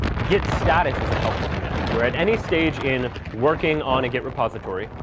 git status is a helpful command, where, at any stage in working on a git repository,